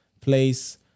place